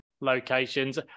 locations